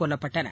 கொல்லப்பட்டனர்